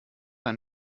ein